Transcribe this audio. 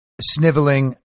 sniveling